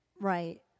Right